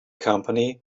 company